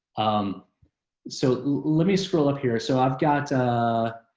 um so let me scroll up here. so i've got